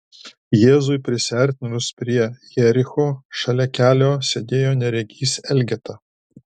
jėzui prisiartinus prie jericho šalia kelio sėdėjo neregys elgeta